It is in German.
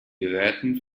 geräten